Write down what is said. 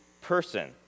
person